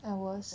I was